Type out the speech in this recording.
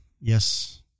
yes